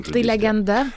tai legenda